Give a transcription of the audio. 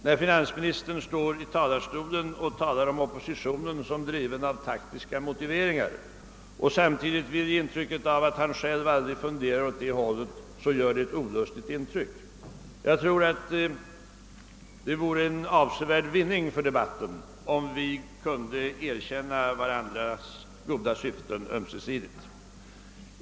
När finansministern stod i talarstolen och talade om oppositionen såsom driven av taktiska motiveringar och samtidigt ville ge intryck av att han själv aldrig haft några funderingar åt det hållet, gjorde detta ett olustigt intryck. Jag anser att det vore en avsevärd vinning för debatten, om vi ömsesidigt kunde erkänna varandras goda syften.